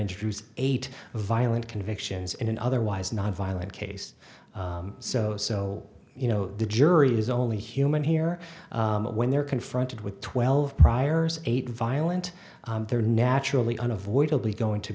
introduce eight violent convictions in an otherwise nonviolent case so so you know the jury is only human here when they're confronted with twelve priors eight violent they're naturally unavoidably going to